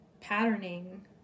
patterning